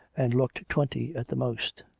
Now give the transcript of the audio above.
and looked twenty at the most.